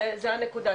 זו הנקודה.